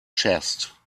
chest